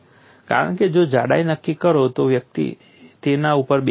કારણ કે જાડાઇ નક્કી કરો તો વ્યક્તિ તેના ઉપર બેસી શકે છે